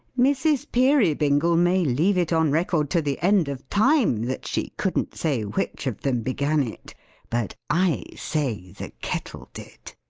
mrs. peerybingle may leave it on record to the end of time that she couldn't say which of them began it but i say the kettle did.